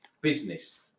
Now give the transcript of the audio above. business